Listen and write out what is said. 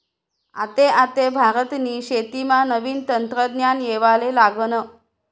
आते आते भारतनी शेतीमा नवीन तंत्रज्ञान येवाले लागनं